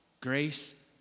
grace